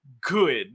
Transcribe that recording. good